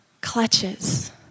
Clutches